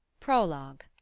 prologue